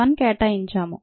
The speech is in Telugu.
1 కేటాయించాము